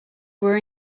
were